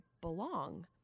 belong